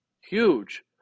huge